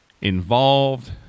involved